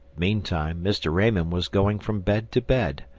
meantime mr. raymond was going from bed to bed,